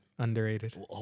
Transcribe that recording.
Underrated